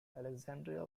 alexandria